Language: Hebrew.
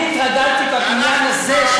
אני התרגלתי בבניין הזה,